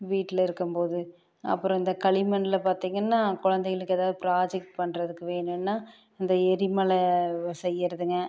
வீட்டில் இருக்கும் போது அப்புறம் இந்த களிமண்ணில் பார்த்திங்கன்னா குழந்தைங்களுக்கு ஏதாவது ப்ராஜெக்ட் பண்ணுறதுக்கு வேணும்னா இந்த எரிமலை செய்கிறதுங்க